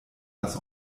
das